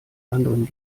anderen